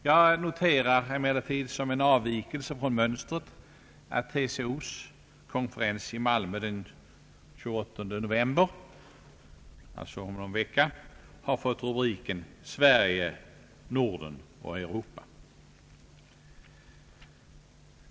Jag noterar emellertid såsom en avvikelse från mönstret att TCO:s kongress i Malmö den 28 november, alltså om någon vecka, har fått rubriken »Sverige, Norden och Europa».